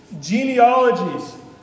genealogies